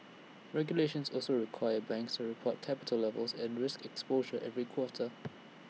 regulations also require banks to report capital levels and risk exposure every quarter